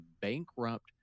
bankrupt